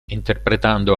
interpretando